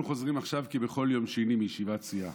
אנחנו חוזרים עכשיו, כבכל יום שני, מישיבת סיעה,